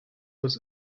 was